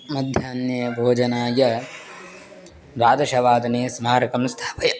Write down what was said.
मध्याह्ने भोजनाय द्वादशवादने स्मारकं स्थापय